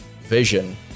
vision